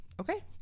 Okay